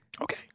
Okay